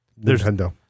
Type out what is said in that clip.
Nintendo